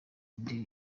indi